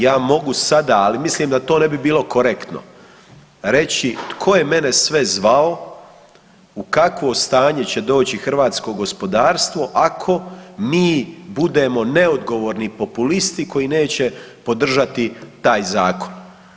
Ja mogu sada, ali mislim da to ne bi bilo korektno reći tko je mene sve zvao u kakvo stanje će doći hrvatsko gospodarstvo ako mi budemo neodgovorni populisti koji neće podržati taj zakon.